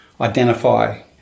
identify